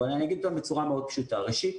אבל אני אגיד אותם בצורה מאוד פשוטה, ראשית